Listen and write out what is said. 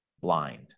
blind